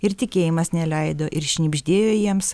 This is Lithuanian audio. ir tikėjimas neleido ir šnibždėjo jiems